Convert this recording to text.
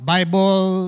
Bible